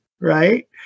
right